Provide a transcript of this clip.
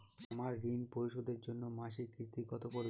আমার ঋণ পরিশোধের জন্য মাসিক কিস্তি কত পড়বে?